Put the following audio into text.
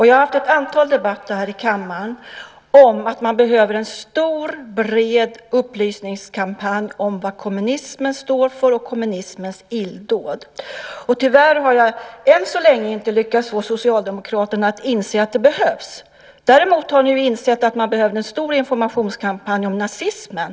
Jag har fört ett antal debatter här i kammaren om att man behöver en stor och bred upplysningskampanj om vad kommunismen står för och om kommunismens illdåd. Tyvärr har jag än så länge inte lyckats få Socialdemokraterna att inse att en sådan behövs. Däremot har ni ju insett att man behövde en stor informationskampanj om nazismen.